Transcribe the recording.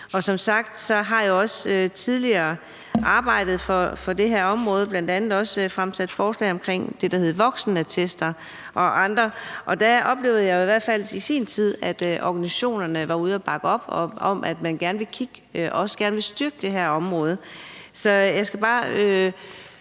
Som sagt har jeg også tidligere arbejdet med det her område, bl.a. også fremsat forslag om det, der hedder voksenattester. Og der oplevede jeg i hvert fald i sin tid, at organisationerne var ude at bakke op om, at man gerne ville kigge på det og også gerne ville styrke det her område. Jeg skal bare